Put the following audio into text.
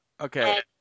Okay